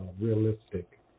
realistic